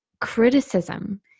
criticism